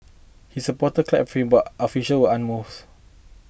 his supporters clapped him but officials were unmoved